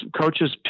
coaches